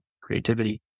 creativity